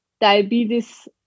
diabetes